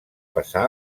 passar